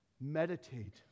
Meditate